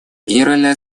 генеральная